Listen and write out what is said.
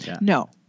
No